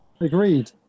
Agreed